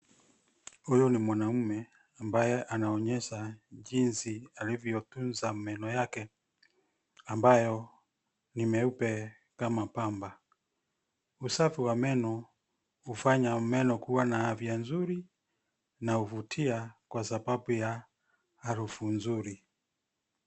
Huyu ni mwanaume ambaye anaonyesha jinsi alivyotunza meno yake ambayo ni meupe kama pamba. Usafi wa meno hufanya meno kuwa na afya nzuri na huvutia kwa sababu ya harufu nzuri.